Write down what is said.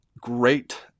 great